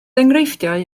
enghreifftiau